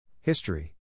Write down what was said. History